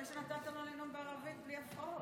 יפה שנתת לו לדבר בלי הפרעות.